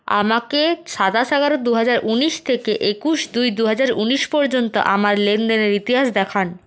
আমাকে সাতাশ এগারো দু হাজার ঊনিশ থেকে একুশ দুই দু হাজার ঊনিশ পর্যন্ত আমার লেনদেনের ইতিহাস দেখান